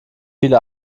viele